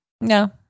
No